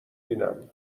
بینم